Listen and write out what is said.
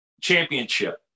championship